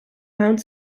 mount